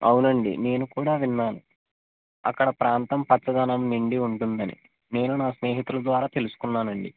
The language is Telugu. అవునండి నేను కూడా విన్నాను అక్కడ ప్రాంతం పచ్చదనం నిండి ఉంటుందని నేను నా స్నేహితులు ద్వారా తెలుసుకున్నానండి